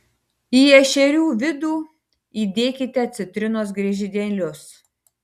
į ešerių vidų įdėkite citrinos griežinėlius